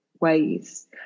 ways